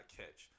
catch